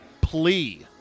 plea